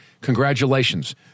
congratulations